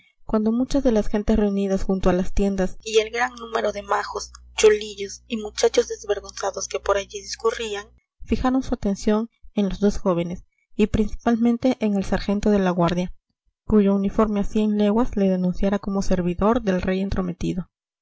cuando muchas de las gentes reunidas junto a las tiendas y el gran número de majos chulillos y muchachos desvergonzados que por allí discurrían fijaron su atención en los dos jóvenes y principalmente en el sargento de la guardia cuyo uniforme a cien leguas le denunciara como servidor del rey entrometido